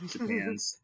Japan's